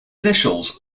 initials